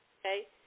okay